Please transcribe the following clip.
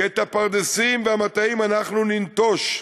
כי את הפרדסים והמטעים אנחנו ניטוש.